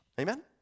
Amen